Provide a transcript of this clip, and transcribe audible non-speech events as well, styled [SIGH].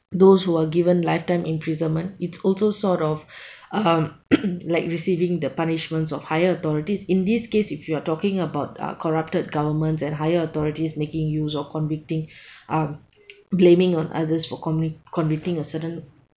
those who are given lifetime imprisonment it's also sort of [BREATH] uh [COUGHS] like receiving the punishments of higher authorities in this case if you are talking about uh corrupted governments and higher authorities making use or convicting [BREATH] um blaming on others for commit convicting a certain